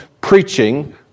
preaching